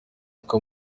uko